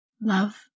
Love